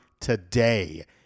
today